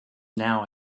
now